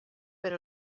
per